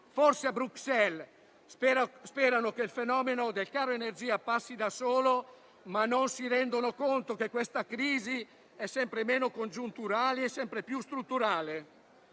Forse a Bruxelles sperano che il fenomeno del caro energia passi da solo e non si rendono conto che questa crisi è sempre meno congiunturale e sempre più strutturale.